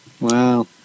Wow